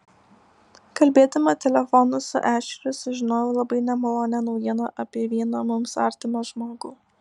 kalbėdama telefonu su ešeriu sužinojau labai nemalonią naujieną apie vieną mums artimą žmogų